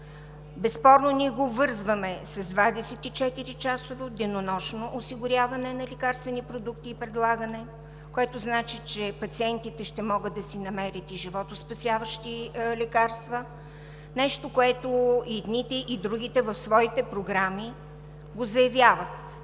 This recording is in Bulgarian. Безспорно ние го обвързваме с 24-часово, денонощно осигуряване и предлагане на лекарствени продукти, което значи, че пациентите ще могат да си намерят и животоспасяващи лекарства – нещо, което и едните, и другите в своите програми го заявяват.